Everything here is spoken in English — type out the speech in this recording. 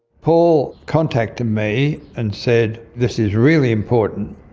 paul contacted me and said this is really important,